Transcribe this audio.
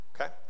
Okay